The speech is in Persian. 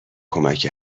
کمک